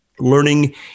Learning